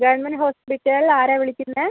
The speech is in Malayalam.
ഗവൺമെന്റ് ഹോസ്പിറ്റൽ ആരാണ് വിളിക്കുന്നത്